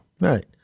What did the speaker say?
Right